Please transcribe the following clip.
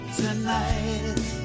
tonight